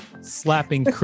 slapping